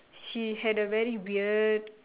she had a very weird